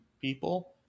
people